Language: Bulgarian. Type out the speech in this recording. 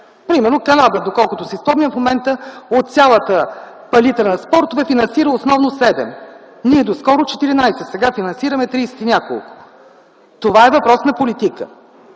Примерно Канада, до колкото си спомням в момента, от цялата палитра на спортове финансира основно 7. Ние доскоро - 14, сега финансираме 30 и няколко. Това е въпрос на политика.